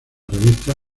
revista